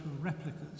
replicas